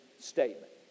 statement